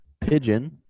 pigeon